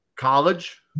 College